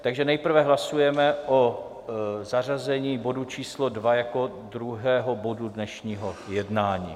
Takže nejprve hlasujeme o zařazení bodu číslo 2 jako druhého bodu dnešního jednání.